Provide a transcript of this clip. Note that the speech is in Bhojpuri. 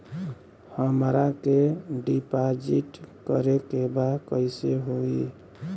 हमरा के डिपाजिट करे के बा कईसे होई?